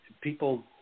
people